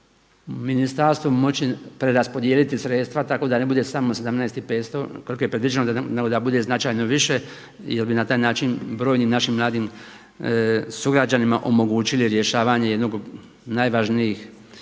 ministarstvo moći preraspodijeliti sredstva tako da ne bude smo 17,500 koliko je predviđeno nego da bude značajno više jer bi na taj način brojnim našim mladim sugrađanima omogućili rješavanje jednog od najvažnijih